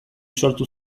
sortu